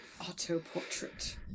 Auto-portrait